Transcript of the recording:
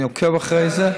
אני עוקב אחרי זה.